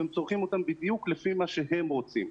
והם צורכים אותם בדיוק לפי מה שהם רוצים.